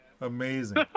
amazing